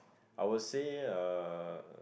I would say uh